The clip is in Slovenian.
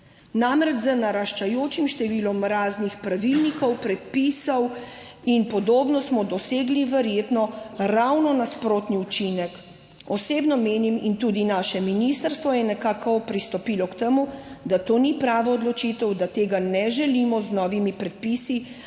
Namreč, z naraščajočim številom raznih pravilnikov, predpisov in podobno smo dosegli verjetno ravno nasprotni učinek. »Osebno menim, in tudi naše ministrstvo je nekako pristopilo k temu, da to ni prava odločitev, da tega ne želimo z novimi predpisi